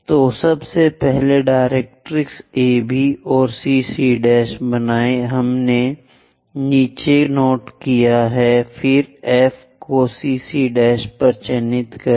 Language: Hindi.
तो सब से पहले डायरेक्ट्रिक्स AB और CC' बनाये हमने नीचे नोट किया है फिर F को CC' पर चिह्नित करें